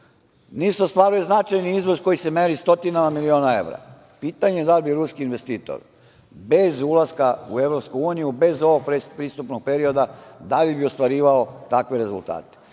ostvaruje značajni iznos koji se meri stotinama miliona evra. Pitanje je da li bi ruski investitor, bez ulaska u EU, bez ovog pretpristupnog perioda, da li bi ostvarivao takve rezultate? Da